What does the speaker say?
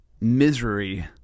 misery